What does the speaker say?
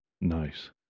nice